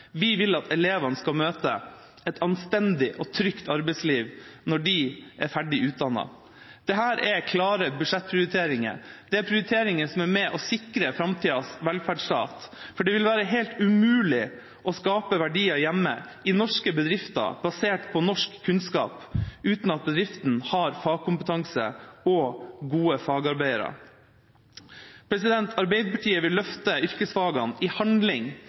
vi vil at elevene skal møte et anstendig og trygt arbeidsliv når de er ferdig utdannet. Dette er klare budsjettprioriteringer. Det er prioriteringer som er med på å sikre framtidas velferdsstat, for det vil være helt umulig å skape verdier hjemme, i norske bedrifter, basert på norsk kunnskap, uten at bedriften har fagkompetanse og gode fagarbeidere. Arbeiderpartiet vil løfte yrkesfagene i handling,